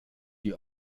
die